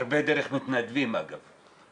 הרבה דרך מתנדבים, אגב.